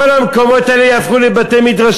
כל המקומות האלה יהפכו לבתי-מדרשות,